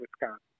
Wisconsin